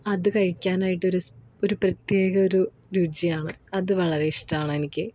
അത് കഴിക്കാനായിട്ട് ഒരു ഒരു പ്രത്യേക ഒരു രുചിയാണ് അത് വളരെ ഇഷ്ടമാണ് എനിക്ക്